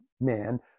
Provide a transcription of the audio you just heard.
man